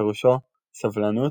שפירושו "סבלנות,